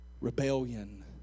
Rebellion